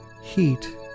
heat